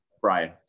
Brian